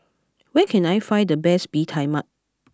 where can I find the best Bee Tai Mak